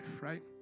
right